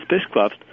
spacecraft